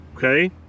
okay